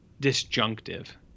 disjunctive